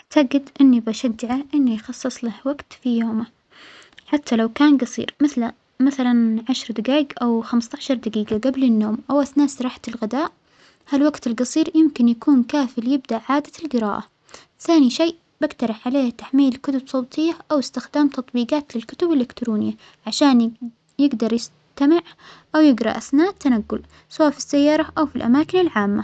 أعتجد أنى بشجعه أنو يخصص له وجت في يومه حتى لو كان جصير مثل مثلا عشر دجايج أو خمستاشر دجيدية جبل النوم أو أثناء استراحة الغذاء، هالوقت الجصير يمكن يكون كافى ليبدأ عادة الجراءة، ثانى شيء بجترح عليه تحميل كتب صوتية أو إستخدام تطبيجات للكتب الإلكترونية، عشان يجدر يستمع أو يجرا أثناء التنجل سوا في السيارة أو في الأماكن العامة.